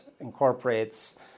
incorporates